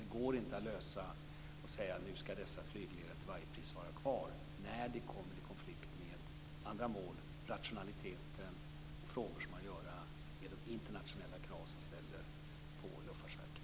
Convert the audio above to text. Det går inte att lösa det här genom att säga att nu skall dessa flygledare till varje pris vara kvar när detta kommer i konflikt med andra mål, t.ex. rationaliteten och frågor som har att göra med de internationella krav som ställs på Luftfartsverket.